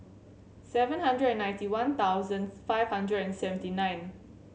seven hundred and ninety one thousands five hundred and seventy nine